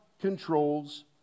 controls